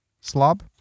Slob